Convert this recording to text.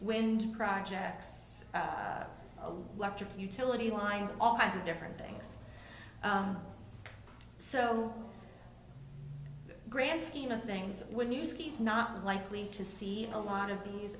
wind projects electric utility lines all kinds of different things so grand scheme of things when you ski it's not likely to see a lot of these